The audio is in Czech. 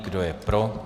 Kdo je pro?